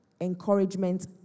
encouragement